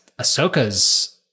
Ahsoka's